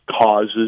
causes